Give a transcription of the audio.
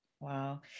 Wow